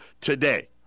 today